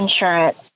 insurance